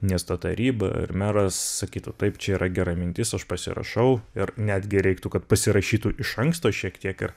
miesto taryba ir meras sakytų taip čia yra gera mintis aš pasirašau ir netgi reiktų kad pasirašytų iš anksto šiek tiek ir